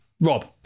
Rob